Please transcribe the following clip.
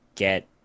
get